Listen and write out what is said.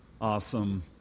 awesome